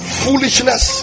foolishness